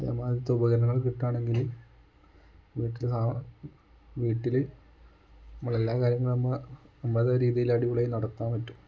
അപ്പം ഇതേമാതിരത്തെ ഉപകരണങ്ങൾ കിട്ടണമെങ്കിൽ വീട്ടിൽ സ വീട്ടിൽ നമ്മൾ എല്ലാ കാര്യങ്ങളും നമ്മൾ നമ്മളുടെ രീതിയിൽ അടിപൊളിയായി നടത്താൻ പറ്റും